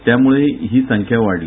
त्यामुळही ही संख्या वाढली